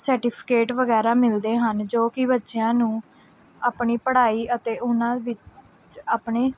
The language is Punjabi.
ਸਟੀਫਿਕੇਟ ਵਗੈਰਾ ਮਿਲਦੇ ਹਨ ਜੋ ਕਿ ਬੱਚਿਆਂ ਨੂੰ ਆਪਣੀ ਪੜ੍ਹਾਈ ਅਤੇ ਉਹਨਾਂ ਵਿੱਚ ਆਪਣੇ